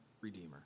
redeemer